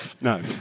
no